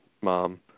mom